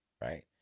right